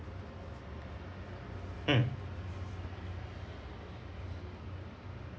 mm